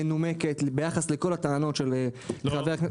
מנומקת ביחס לכל הטענות -- לא,